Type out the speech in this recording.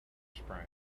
sprang